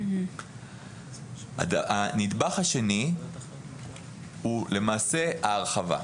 הנדבך השני הוא ההרחבה.